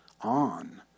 on